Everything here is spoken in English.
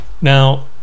Now